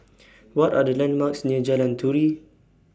What Are The landmarks near Jalan Turi